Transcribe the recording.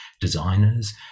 designers